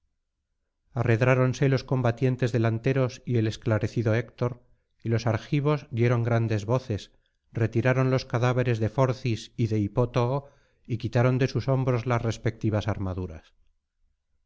arredráronse los combatientes delanteros y el esclarecido héctor y los argivos dieron grandes voces retiraron los cadáveres de forcis y de hipótoo y quitaron de sus hombros las respectivas armaduras